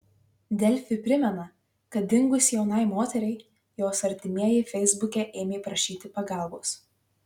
delfi primena kad dingus jaunai moteriai jos artimieji feisbuke ėmė prašyti pagalbos